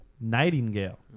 Nightingale